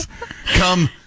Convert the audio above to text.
Come